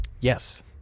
Yes